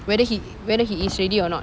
whether he whether he is ready or not